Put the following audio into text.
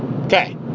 Okay